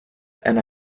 and